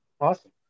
Awesome